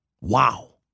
Wow